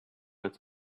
its